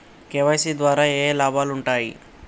KYC ద్వారా ఏఏ లాభాలు ఉంటాయి?